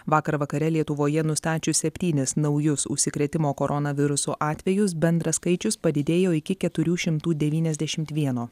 vakar vakare lietuvoje nustačius septynis naujus užsikrėtimo koronavirusu atvejus bendras skaičius padidėjo iki keturių šimtų devyniasdešimt vieno